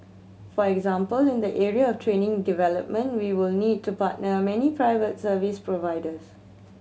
for example in the area of training development we will need to partner many private service providers